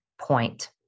point